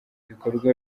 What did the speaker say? bikorwa